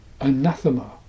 anathema